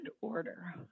order